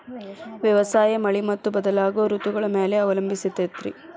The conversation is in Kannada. ವ್ಯವಸಾಯ ಮಳಿ ಮತ್ತು ಬದಲಾಗೋ ಋತುಗಳ ಮ್ಯಾಲೆ ಅವಲಂಬಿಸೈತ್ರಿ